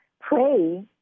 pray